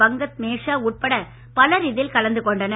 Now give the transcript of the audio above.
பங்கத் மேசஷா உட்பட பலர் இதில் கலந்து கொண்டனர்